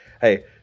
Hey